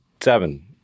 seven